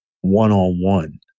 one-on-one